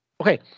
Okay